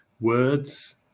words